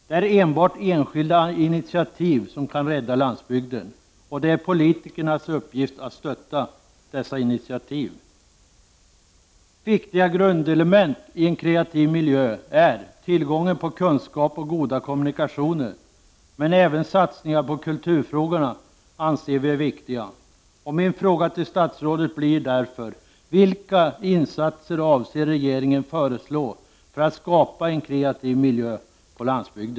Det är enbart enskilda initiativ som kan rädda landsbygden, och det är politikernas uppgift att stötta dessa initiativ. Viktiga grundelement i en kreativ miljö är tillgången på kunskap och goda kommunikationer. Men även satsningar på kulturfrågorna anser vi är viktiga. Min fråga till statsrådet blir därför: Vilka insatser avser regeringen föreslå för att skapa en kreativ miljö på landsbygden?